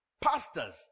pastors